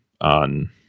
on